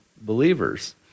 believers